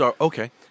okay